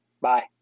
Bye